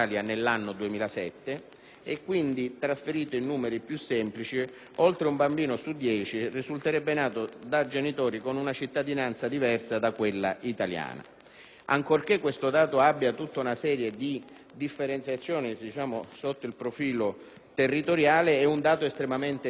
e quindi, tradotto in numeri più semplici, oltre un bambino su 10 risulterebbe nato da genitori con una cittadinanza diversa da quella italiana. Ancorché questo dato abbia tutta una serie di differenziazioni sotto il profilo territoriale, è estremamente significativo e